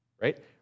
right